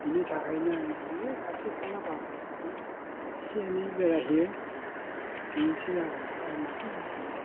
बिनि थाखायनो आङो खाथि खाला बाजारफ्रावनो इसे एनै बेराय हैयो बेनोसै आरो माथो बुंबावनो